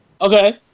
Okay